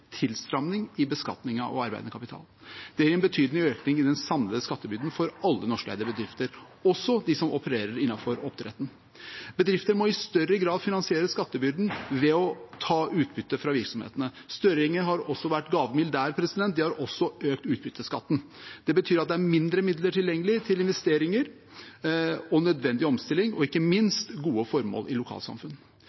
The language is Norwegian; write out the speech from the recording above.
tilstramning i beskatningen av arbeidende kapital. Det gir en betydelig økning i den samlede skattebyrden for alle norskeide bedrifter, også dem som opererer innenfor oppdrett. Bedrifter må i større grad finansiere skattebyrden ved å ta utbytte fra virksomhetene. Støre-regjeringen har også vært gavmild der; de har økt utbytteskatten. Det betyr at det er mindre midler tilgjengelig til investeringer, nødvendig omstilling og ikke